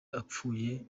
apfuye